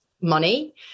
money